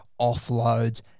offloads